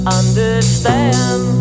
understand